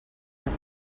les